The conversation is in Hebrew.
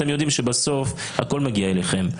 אתם יודעים שבסוף הכול מגיע אליכם.